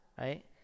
Right